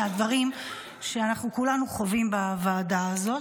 והדברים שאנחנו כולנו חווים בוועדה הזאת.